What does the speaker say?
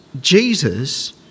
Jesus